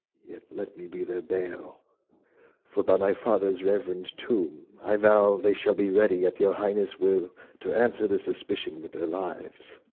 yet let me be their bail for, by my fathers' reverend tomb, i vow they shall be ready at your highness' will to answer their suspicion with their lives.